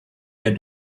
der